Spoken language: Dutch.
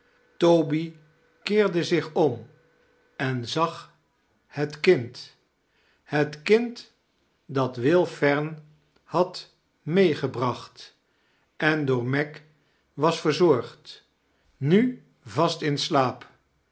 toby keerde zich om en zag het kind het kind dat will fern had meegebracht en door meg was verzorgd nu vast in slaap